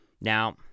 now